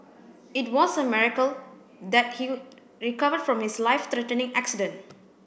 it was a miracle that he recovered from his life threatening accident